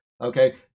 okay